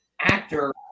actor